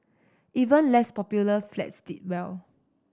even less popular flats did well